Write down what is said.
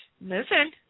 Listen